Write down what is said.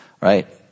right